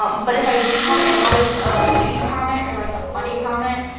um but if i do comment it's always a witty comment or like a funny comment.